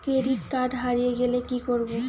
Credit card হারিয়ে গেলে কি করব?